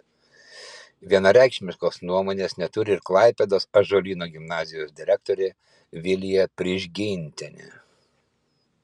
vienareikšmiškos nuomonės neturi ir klaipėdos ąžuolyno gimnazijos direktorė vilija prižgintienė